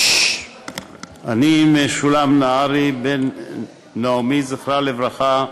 אני, משולם נהרי, בן נעמי, זכרה לברכה,